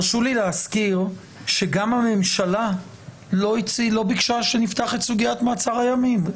הרשו לי להזכיר שגם הממשלה לא ביקשה שנפתח את סוגיית מעצר הימים.